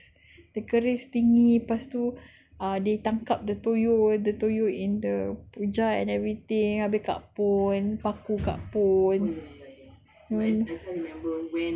I don't know lah dia ada macam keris the keris tinggi lepas tu ah dia tangkap the toyol the toyol in the jar and everything ada kak pon paku kak pon